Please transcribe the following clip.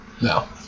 No